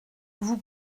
vous